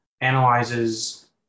analyzes